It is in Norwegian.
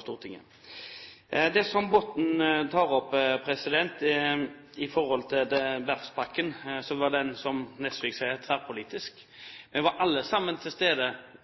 Stortinget. Til det som Botten tok opp i forbindelse med verftspakken: Den var det, som Nesvik sa, tverrpolitisk enighet om. Vi var alle sammen til stede